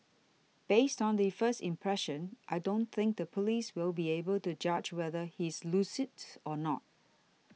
based on the first impression I don't think the police will be able to judge whether he's lucid or not